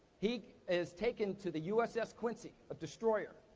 he is taken to the uss quincy, a destroyer,